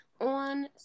on